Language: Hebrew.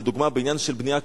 לדוגמה בעניין של בנייה,